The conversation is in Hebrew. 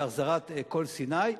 בהחזרת כל סיני.